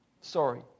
Sorry